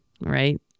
right